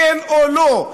כן או לא?